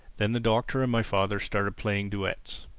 then the doctor and my father started playing duets.